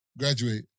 graduate